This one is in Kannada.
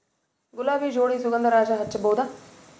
ಗುಲಾಬಿ ಜೋಡಿ ಸುಗಂಧರಾಜ ಹಚ್ಬಬಹುದ?